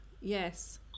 Yes